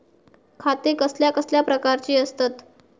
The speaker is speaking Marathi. खाते कसल्या कसल्या प्रकारची असतत?